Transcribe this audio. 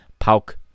Pauk